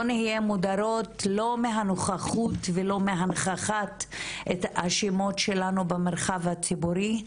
לא נהיה מודרות לא מהנוכחות ולא מהנכחת השמות שלנו במרחב הציבורי,